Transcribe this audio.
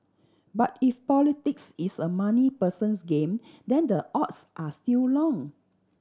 but if politics is a money person's game then the odds are still long